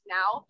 now